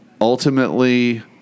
ultimately